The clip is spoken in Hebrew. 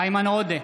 איימן עודה,